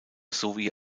sowie